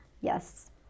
Yes